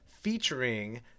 featuring